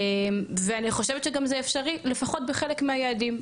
ואני חושבת שזה גם אפשרי, לפחות בחלק מהיעדים,